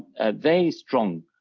a very strong